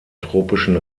tropischen